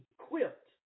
equipped